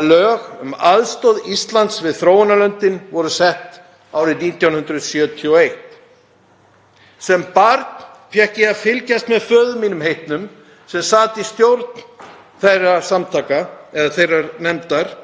að lög um aðstoð Íslands við þróunarlöndin voru sett árið 1971. Sem barn fékk ég að fylgjast með föður mínum heitnum, sem sat í stjórn þeirrar nefndar,